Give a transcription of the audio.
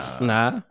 Nah